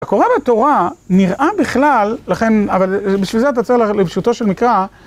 הקורא בתורה נראה בכלל, לכן, אבל... בשביל זה אתה צריך ללכת לפשוטו של מקרא